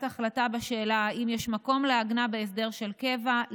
החלטה בשאלה אם יש מקום לעגנה בהסדר של קבע,